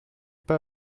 pas